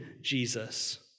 Jesus